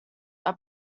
are